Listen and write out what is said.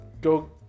go